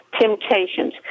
temptations